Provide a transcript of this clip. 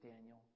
Daniel